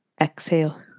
Exhale